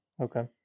Okay